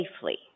safely